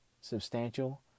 substantial